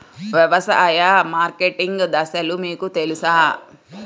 వ్యవసాయ మార్కెటింగ్ దశలు మీకు తెలుసా?